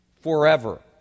forever